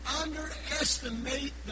underestimate